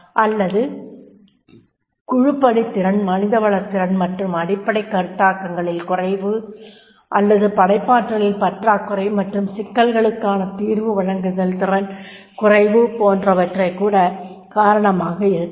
அல்லது குழுப்பணித் திறன் மனிதவளத் திறன்கள் மற்றும் அடிப்படைக் கருத்தாக்கங்களில் குறைவு அல்லது படைப்பாற்றலில் பற்றாக்குறை மற்றும் சிக்கல்களுக்கான தீர்வு வழங்குதல் திறன் குறைவு போன்றவைகூடக் காரணமாக இருக்கலாம்